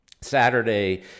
Saturday